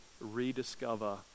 rediscover